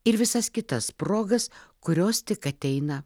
ir visas kitas progas kurios tik ateina